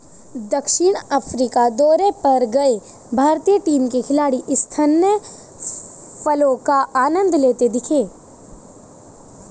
दक्षिण अफ्रीका दौरे पर गए भारतीय टीम के खिलाड़ी स्थानीय फलों का आनंद लेते दिखे